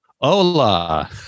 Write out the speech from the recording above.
Hola